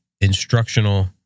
instructional